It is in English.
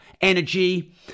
energy